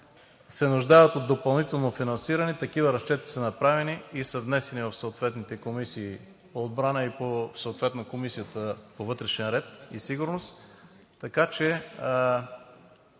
се нуждаят от допълнително финансиране, такива разчети са направени и са внесени в съответните комисии – по Отбраната и съответно Комисията по вътрешен ред и сигурност.